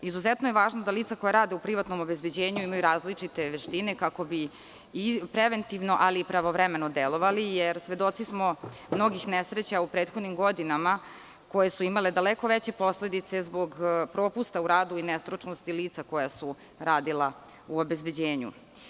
Izuzetno je važno da lica koja rade u privatnom obezbeđenju imaju različite veštine kako bi preventivno, ali i pravovremeno delovali, jer svedoci smo mnogih nesreća u prethodnim godinama koje su imale daleko veće posledice zbog propusta u radu i nestručnosti lica koja su radila u obezbeđenju.